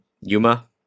Yuma